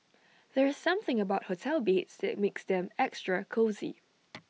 there's something about hotel beds that makes them extra cosy